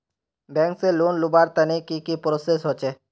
Bank से loan लुबार तने की की प्रोसेस होचे?